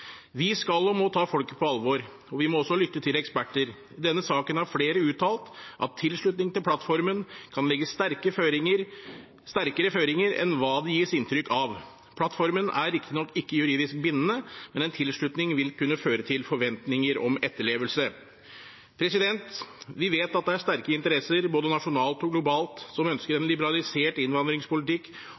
Vi skal og må ta folket på alvor, og vi må også lytte til eksperter. I denne saken har flere uttalt at tilslutning til plattformen kan legge sterkere føringer enn hva det gis inntrykk av. Plattformen er riktignok ikke juridisk bindende, men en tilslutning vil kunne føre til forventninger om etterlevelse. Vi vet at det er sterke interesser, både nasjonalt og globalt, som ønsker en liberalisert innvandringspolitikk,